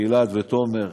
גלעד ותומר.